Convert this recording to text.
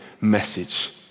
message